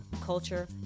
culture